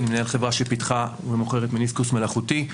אני מנהל חברה שפיתחה ומוכרת מיניסקוס מלאכותי.